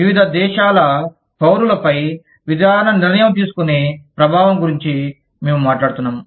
వివిధ దేశాల పౌరులపై విధాన నిర్ణయం తీసుకునే ప్రభావం గురించి మేము మాట్లాడుతున్నాము